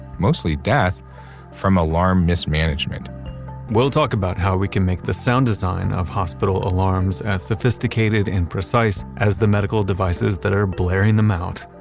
mostly death from alarm mismanagement we'll talk about how we can make the sound design of hospital alarms as sophisticated and precise as the medical devices that are blaring them out,